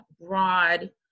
broad